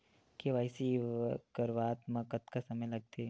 KYC करवात म कतका समय लगथे?